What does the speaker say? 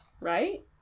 Right